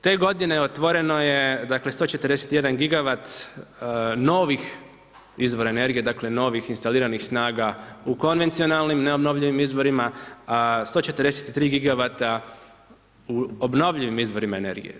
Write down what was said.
Te godine otvoreno je 141 gigavat novih izvora energije, dakle novih instaliranih snaga u konvencionalnim neobnovljivim izvorima a 143 gigavata u obnovljivim izvorima energije.